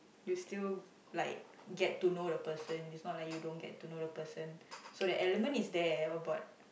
you still like get to know the person it's not like you don't get to know the person so the element is there about